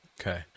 Okay